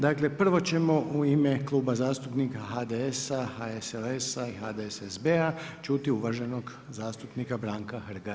Dakle prvo ćemo u ime Kluba zastupnika HDS-a, HSLS-a i HDSSB-a čuti uvaženog zastupnika Branka Hrga.